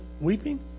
weeping